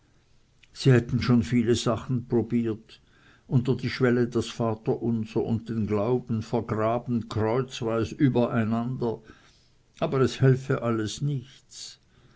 sie hätten schon viele sachen probiert unter die schwelle das vaterunser und den glauben vergraben kreuzweis übereinander aber es helfe alles nicht